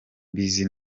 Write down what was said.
mbizi